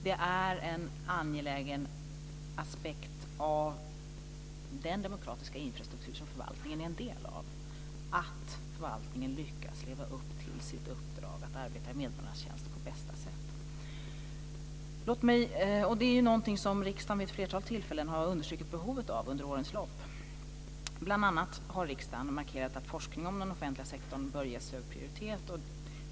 Det är en angelägen aspekt av den demokratiska infrastruktur som förvaltningen är en del av att förvaltningen lyckas leva upp till sitt uppdrag att arbeta i medborgarnas tjänst på bästa sätt. Det är något som riksdagen vid ett flertal tillfällen under årens lopp har understrukit behoven av. Bl.a. har riksdagen markerat att forskning inom den offentliga sektorn bör ges hög prioritet.